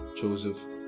Joseph